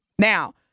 Now